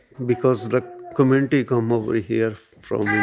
because the community come over here from yeah